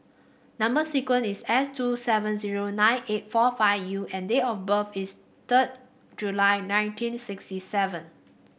number sequence is S two seven zero nine eight four five U and date of birth is third July nineteen sixty seven